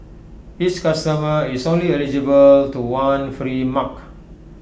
each customer is only eligible to one free mug